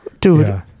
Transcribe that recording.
dude